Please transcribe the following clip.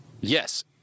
Yes